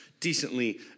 decently